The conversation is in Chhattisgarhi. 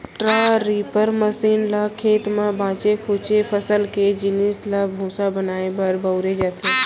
स्ट्रॉ रीपर मसीन ल खेत म बाचे खुचे फसल के जिनिस ल भूसा बनाए बर बउरे जाथे